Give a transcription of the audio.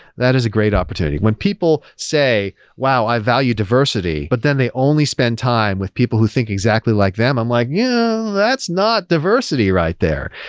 that is a great opportunity. when people say, wow! i value diversity, but then they only spend time with people who think exactly like them. i'm like, yeah that's not diversity right there.